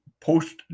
post